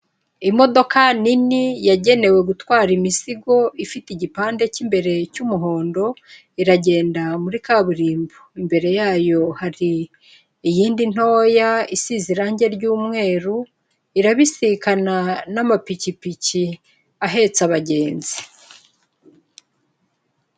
Imodoka nini yagenewe gutwara imizigo ifite igipande cy'imbere cy'umuhondo iragenda muri kaburimbo, imbere yayo hari iyindi ntoya isize irangi ry'umweru irabisikana n'amapikipiki ahetse abagenzi.